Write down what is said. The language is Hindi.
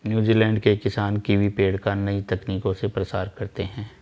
न्यूजीलैंड के किसान कीवी पेड़ का नई तकनीक से प्रसार करते हैं